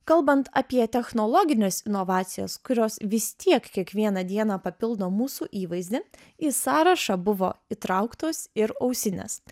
kalbant apie technologines inovacijas kurios vis tiek kiekvieną dieną papildo mūsų įvaizdį į sąrašą buvo įtrauktos ir ausinės